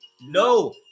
No